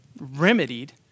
remedied